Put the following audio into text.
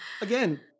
again